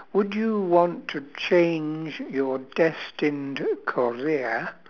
would you want to change your destined career